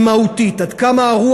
עד כמה אמנות היא מהותית,